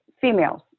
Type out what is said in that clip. females